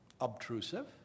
obtrusive